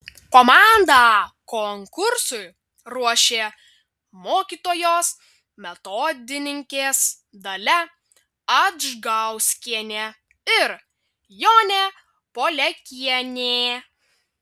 komandą konkursui ruošė mokytojos metodininkės dalia adžgauskienė ir jonė poliakienė